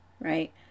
right